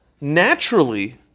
naturally